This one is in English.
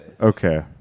okay